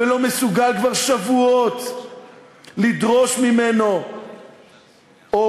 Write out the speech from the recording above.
ולא מסוגל כבר שבועות לדרוש ממנו או